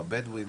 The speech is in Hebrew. הבדואים,